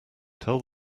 tell